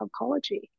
oncology